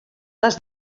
les